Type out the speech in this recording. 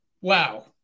Wow